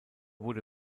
wurde